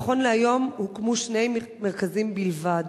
עד היום הוקמו שני מרכזים בלבד,